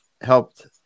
helped